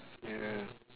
ya